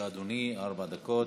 בבקשה, אדוני, ארבע דקות.